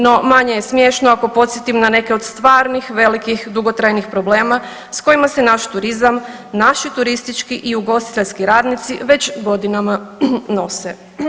No, manje je smješno ako podsjetim na neke od stvarnih, velikih, dugotrajnih problema s kojima se naš turizam, naši turistički i ugostiteljski radnici već godinama nose.